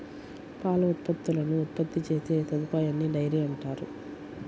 పాల ఉత్పత్తులను ఉత్పత్తి చేసే సదుపాయాన్నిడైరీ అంటారు